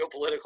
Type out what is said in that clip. geopolitical